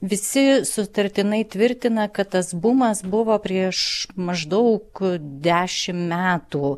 visi sutartinai tvirtina kad tas bumas buvo prieš maždaug dešim metų